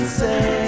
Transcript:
say